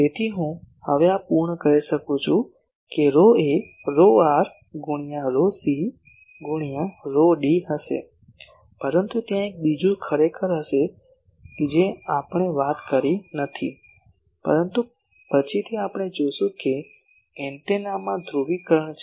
તેથી હવે હું આ પૂર્ણ કરી શકું છું કે તે ρ એ ρr ગુણ્યા ρc ગુણ્યા ρd હશે પરંતુ ત્યાં એક બીજું ખરેખર હશે કે આપણે વાત કરી નથી પરંતુ પછીથી આપણે જોશું કે એન્ટેનામાં ધ્રુવીકરણ છે